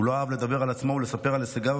הוא לא אהב לדבר על עצמו ולספר על הישגיו.